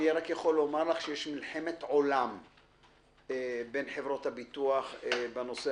אני רק יכול לומר לך שיש מלחמת עולם בין חברות הביטוח בנושא